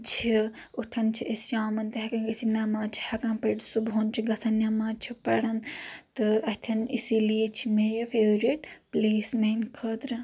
چھِ اوٚتن چھِ أسۍ شامن تہِ ہیٚکان گٔژھتھ نٮ۪ماز چھِ ہیٚکان پٔرِتھ صبحن چھِ گژھان نٮ۪ماز چھِ پران تہٕ اتٮ۪ن اسی لیے چھِ مےٚ یہِ فیورٹ پٕلیس میانہِ خٲطرٕ